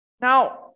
Now